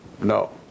No